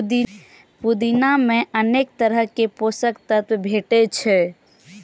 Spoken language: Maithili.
पुदीना मे अनेक तरहक पोषक तत्व भेटै छै